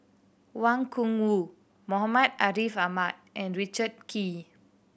Wang Gungwu Muhammad Ariff Ahmad and Richard Kee